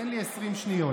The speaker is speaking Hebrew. תן לי 20 שניות.